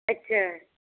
ਅੱਛਾ